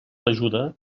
ajuda